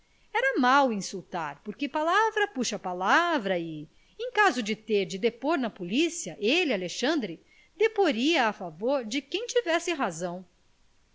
era mau insultar porque palavra puxa palavra e em caso de ter de depor na policia ele alexandre deporia a favor de quem tivesse razão